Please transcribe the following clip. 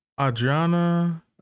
Adriana